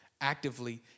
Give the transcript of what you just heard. actively